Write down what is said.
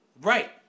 right